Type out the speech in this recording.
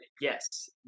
yes